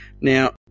Now